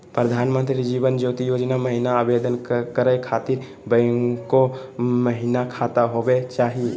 प्रधानमंत्री जीवन ज्योति योजना महिना आवेदन करै खातिर बैंको महिना खाता होवे चाही?